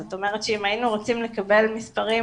זאת אומרת שאם היינו רוצים לקבל מספרים